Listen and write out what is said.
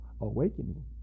awakening